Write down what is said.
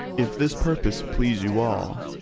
if this purpose please you all,